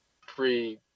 free